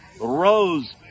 rose